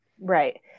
right